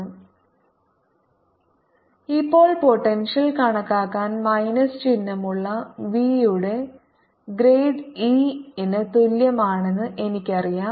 r≤R Dk0EE 1kQ4π0 r2r rR D 0E E 1kQ4π0 r2r slide സമയം കാണുക 1825 ഇപ്പോൾ potential കണക്കാക്കാൻ മൈനസ് ചിഹ്നമുള്ള v യുടെ ഗ്രേഡ് E ന് തുല്യമാണെന്ന് എനിക്കറിയാം